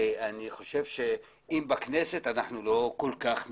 אני חושב שאם בכנסת אנחנו לא כל כך מסתדרים,